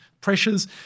pressures